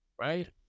right